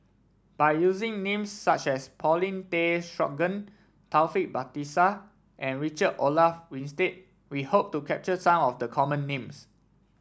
by using names such as Paulin Tay Straughan Taufik Batisah and Richard Olaf Winstedt we hope to capture some of the common names